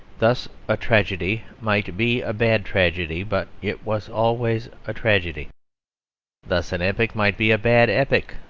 thus a tragedy might be a bad tragedy, but it was always a tragedy thus an epic might be a bad epic,